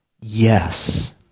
yes